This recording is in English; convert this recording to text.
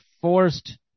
forced